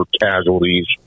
casualties